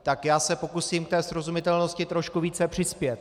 Tak já se pokusím té srozumitelnosti trochu více přispět.